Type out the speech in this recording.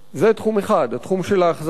זה תחום אחד, התחום של ההחזקה.